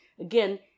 Again